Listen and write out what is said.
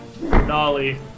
Nolly